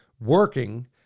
working